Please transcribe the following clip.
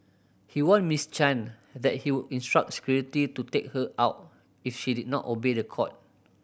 he warned Miss Chan that he would instruct security to take her out if she did not obey the court